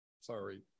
Sorry